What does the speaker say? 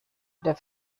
der